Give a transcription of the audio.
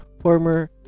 former